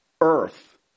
Earth